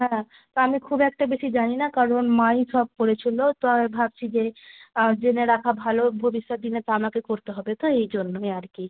হ্যাঁ তা আমি খুব একটা বেশি জানি না কারণ মাই সব করেছিলো তাই ভাবছি যে জেনে রাখা ভালো ভবিষ্যত দিনে তা আমাকে করতে হবে তো এই জন্যই আর কি